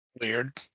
Weird